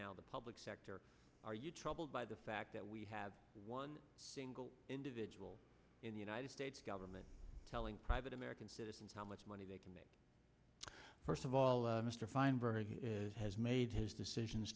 now the public sector are you troubled by the fact that we have one single individual in the united states government telling private american citizens how much money they can make first of all mr feinberg has made his decisions